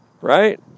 Right